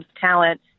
talent